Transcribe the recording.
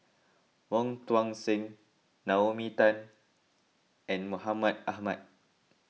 Wong Tuang Seng Naomi Tan and Mohamed Ahmed